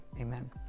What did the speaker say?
Amen